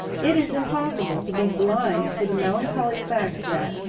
it is impossible to be blind to the melancholy fact that,